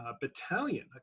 battalion